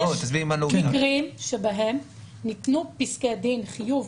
יש מקרים שבהם ניתנו פסקי דין חיוב,